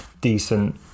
decent